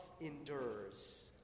endures